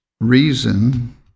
Reason